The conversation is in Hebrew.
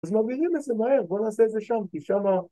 ‫אז מבינים את זה מהר, ‫בוא נעשה את זה שם, כי שמה